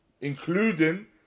Including